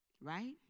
right